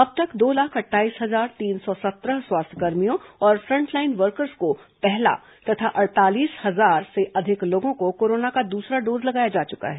अब तक दो लाख अट्ठाईस हजार तीन सौ सत्रह स्वास्थ्यकर्मियों और फ्रंटलाइन वर्कर्स को पहला तथा अड़तालीस हजार से अधिक लोगों को कोरोना का दूसरा डोज लगाया जा चुका है